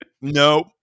No